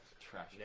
trash